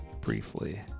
briefly